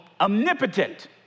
omnipotent